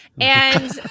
and-